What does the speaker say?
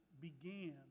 began